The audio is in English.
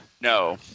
No